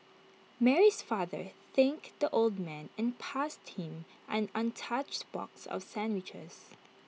Mary's father thanked the old man and passed him an untouched box of sandwiches